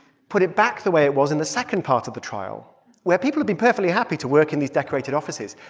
put it back the way it was in the second part of the trial where people had been perfectly happy to work in these decorated offices.